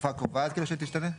שהתקופה הקרובה תשתנה?